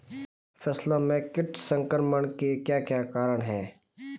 फसलों में कीट संक्रमण के क्या क्या कारण है?